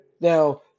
now